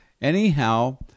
anyhow